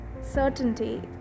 certainty